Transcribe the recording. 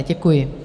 Děkuji.